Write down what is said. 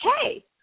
Hey